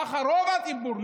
כך רוב הציבור,